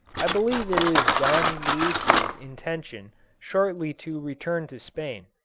i believe it is don luis's intention shortly to return to spain.